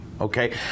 okay